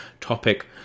topic